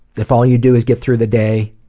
if all you do is get through the day,